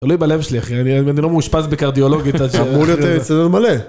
תלוי בלב שלי אחי, אני לא מאושפז בקרדיאולוגית עד שאחרי... -אמור להיות אצטדיון מלא.